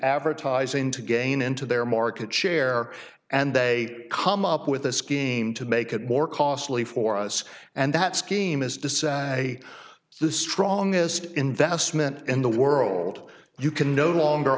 advertising to gain into their market share and they come up with a scheme to make it more costly for us and that scheme is to say the strongest investment in the world you can no longer